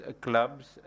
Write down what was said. clubs